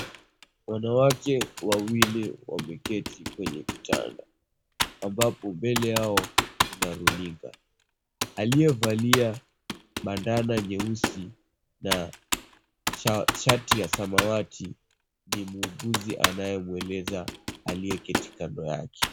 Wanawake wawili wameketi kwenye kitanda ambapo mbele yao kuna runinga. Aliyevalia bandana nyeusi na shati ya samawati ni muuguzi anayemueleza aliyeketi kando yake.